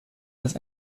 dass